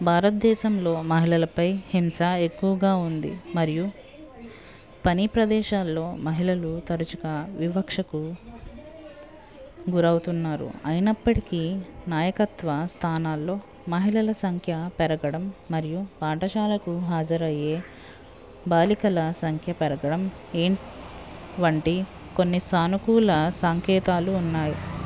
భారతదేశంలో మహిళలపై హింస ఎక్కువగా ఉంది మరియు పని ప్రదేశాల్లో మహిళలు తరచుగా వివక్షకు గురవుతున్నారు అయినప్పటికీ నాయకత్వ స్థానాల్లో మహిళల సంఖ్య పెరగడం మరియు పాఠలశాలకు హాజరయ్యే బాలికల సంఖ్య పెరగడం ఏం వంటి కొన్ని సానుకూల సంకేతాలు ఉన్నాయి